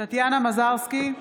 טטיאנה מזרסקי,